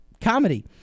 Comedy